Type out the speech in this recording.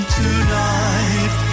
tonight